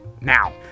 now